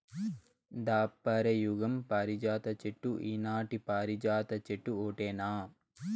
దాపర యుగం పారిజాత చెట్టు ఈనాటి పారిజాత చెట్టు ఓటేనా